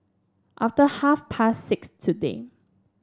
after half past six today